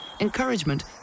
encouragement